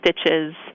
stitches